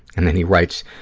and then he writes,